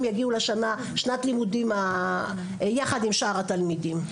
יגיעו לשנת הלימודים יחד עם שאר התלמידים.